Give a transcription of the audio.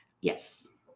Yes